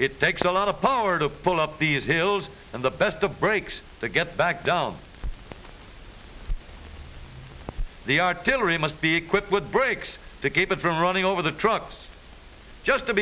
it takes a lot of power to pull up the hills and the best the brakes to get back down the artillery must be equipped with brakes to keep it from running over the truck just to